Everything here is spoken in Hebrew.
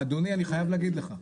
אדוני אני חייב להגיד לך,